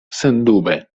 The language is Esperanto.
sendube